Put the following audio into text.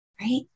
Right